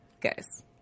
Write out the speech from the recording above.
guys